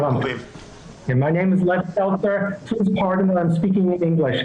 לורנס סלצר ואני מדבר באנגלית.